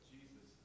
Jesus